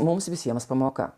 mums visiems pamoka